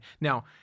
Now